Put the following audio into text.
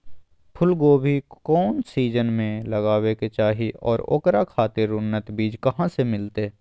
फूलगोभी कौन सीजन में लगावे के चाही और ओकरा खातिर उन्नत बिज कहा से मिलते?